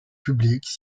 publique